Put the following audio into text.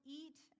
eat